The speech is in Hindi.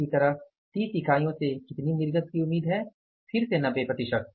इसी तरह 30 इकाइयों से कितनी निर्गत की उम्मीद है फिर से 90 प्रतिशत